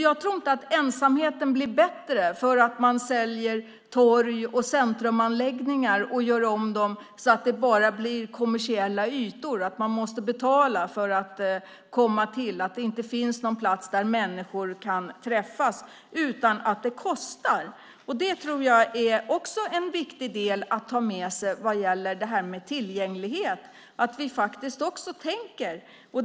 Jag tror inte att ensamheten blir bättre för att man säljer torg och centrumanläggningar och gör om dem så att det blir bara kommersiella ytor och att man måste betala för att få ta del av dem. Då finns det inte någon plats där människor kan träffas utan att det kostar. Det tror jag också är en viktig del att ta med sig när det gäller tillgänglighet. Vi måste tänka på det.